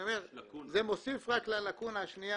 זה מוסיף ללקונה השנייה.